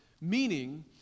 meaning